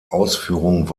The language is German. ausführung